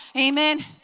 amen